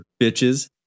bitches